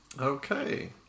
Okay